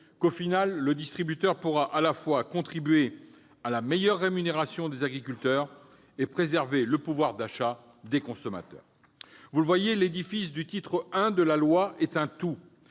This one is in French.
que le distributeur pourra finalement contribuer à la meilleure rémunération des agriculteurs et préserver le pouvoir d'achat des consommateurs. Vous le voyez, l'édifice du titre I de la loi est un tout,